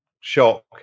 shock